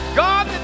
god